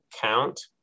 count